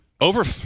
over